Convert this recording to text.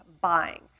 buying